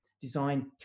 Design